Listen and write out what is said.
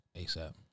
ASAP